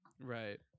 Right